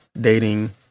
dating